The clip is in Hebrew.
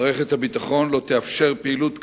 מערכת הביטחון לא תאפשר פעילות כזאת,